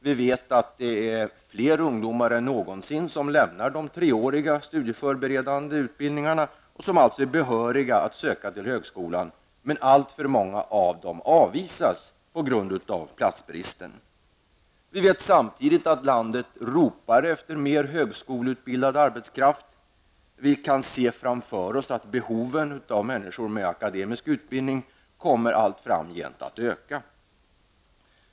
Vi vet att fler ungdomar än någonsin lämnar de 3-åriga studieförberedande utbildningarna. De är alltså behöriga att söka till högskolan, men alltför många av dem avvisas på grund av platsbristen. Vi vet samtidigt att landet ropar efter mer högskoleutbildad arbetskraft. Vi kan se framför oss att behoven av människor med akademisk utbildning kommer att öka allt framgent.